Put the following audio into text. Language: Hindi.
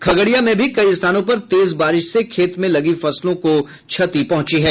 खगड़िया में भी कई स्थानों पर तेज बारिश से खेत में लगी फसलों को क्षति पहुंची है